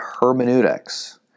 hermeneutics